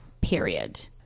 Period